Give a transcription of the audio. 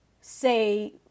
say